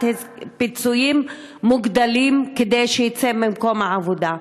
פיצויים מוגדלים כדי שיצא ממקום העבודה.